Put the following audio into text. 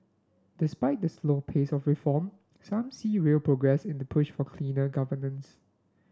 despite the slow pace of reform some see real progress in the push for cleaner governance